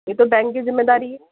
یہ تو بینک کی زمہ داری ہے